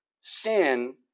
sin